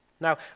Now